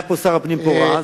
היה פה שר הפנים פורז,